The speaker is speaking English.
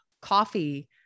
coffee